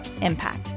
impact